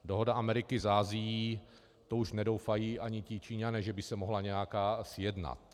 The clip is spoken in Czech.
Dohoda Ameriky s Asií to už nedoufají ani ti Číňané, že by se mohla nějaká sjednat.